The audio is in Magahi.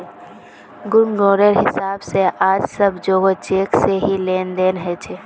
गुनगुनेर हिसाब से आज सब जोगोह चेक से ही लेन देन ह छे